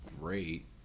Great